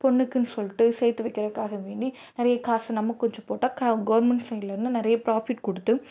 பொண்ணுக்குன்னு சொல்லிட்டு சேர்த்து வைக்கிறக்காக வேண்டி நிறைய காசு நம்ம கொஞ்சம் போட்டால் க கவுர்மெண்ட் சைட்லேருந்து நிறைய ப்ராஃபிட் கொடுத்து